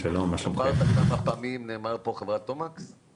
ספרת כמה פעמים נאמר פה חברת תומקס?